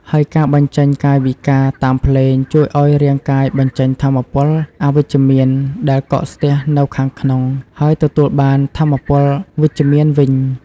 ហើយការបញ្ចេញកាយវិការតាមភ្លេង ជួយឲ្យរាងកាយបញ្ចេញថាមពលអវិជ្ជមាន ដែលកកស្ទះនៅខាងក្នុង ហើយទទួលបានថាមពលវិជ្ជមានវិញ។